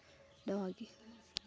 ᱱᱚᱣᱟᱜᱮ